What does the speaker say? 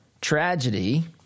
tragedy